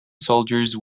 soldiers